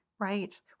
Right